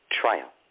Trial